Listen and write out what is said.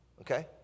Okay